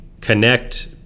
connect